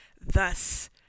thus